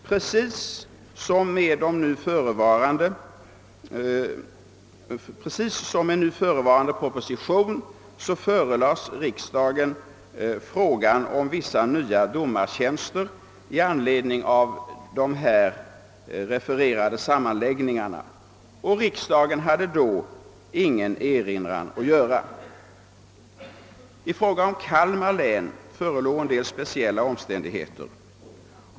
Precis som fallet är med förevarande proposition förelades riksdasen frågan om vissa nya domartjänster i anledning av de refererade sammanläggningarna. Riksdagen hade då ingen erinran att göra. I fråga om Kalmar län har förelegat en del speciella omständigheter.